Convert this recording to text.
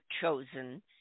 chosen